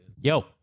Yo